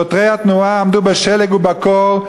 שוטרי התנועה עמדו בשלג ובקור,